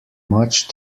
much